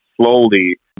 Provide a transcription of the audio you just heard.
slowly